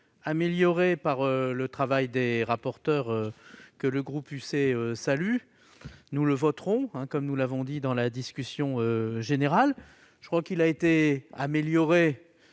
amélioré par le travail des rapporteurs, que le groupe UC salue. Nous le voterons, comme nous l'avons dit dans la discussion générale. Le texte a été amélioré